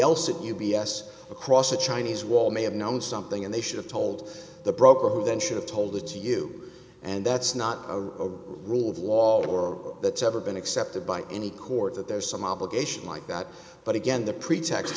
else at u b s across a chinese wall may have known something and they should've told the broker who then should've told it to you and that's not a rule of law or that's ever been accepted by any court that there's some obligation like that but again the pretext